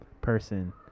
person